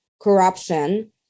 corruption